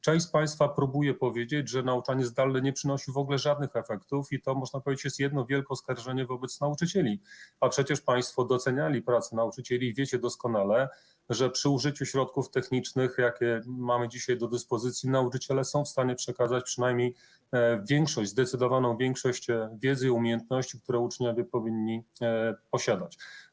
Część z państwa próbuje powiedzieć, że nauczanie zdalne nie przynosi w ogóle żadnych efektów i to, można powiedzieć, jest jedno wielkie oskarżenie wobec nauczycieli, a przecież państwo docenialiście pracę nauczycieli i wiecie doskonale, że przy użyciu środków technicznych, jakie mamy dzisiaj do dyspozycji, nauczyciele są w stanie przekazać przynajmniej większość, zdecydowaną większość wiedzy i umiejętności, które uczniowie powinni posiadać.